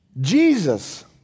Jesus